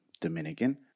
Dominican